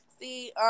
See